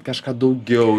kažką daugiau